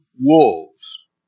wolves